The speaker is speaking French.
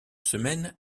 semaine